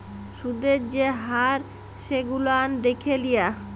সুদের যে হার সেগুলান দ্যাখে লিয়া